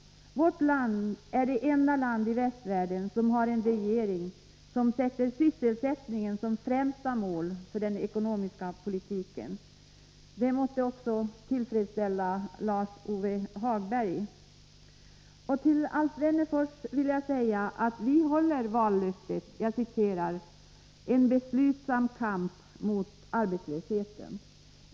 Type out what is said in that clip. Vårt land är det enda land i västvärlden som har en regering som sätter sysselsättningen som främsta mål för den ekonomiska politiken. Det måste väl tillfredsställa också Lars-Ove Hagberg. Till Alf Wennerfors vill jag säga att vi håller vallöftet ”en beslutsam kamp mot arbetslösheten”.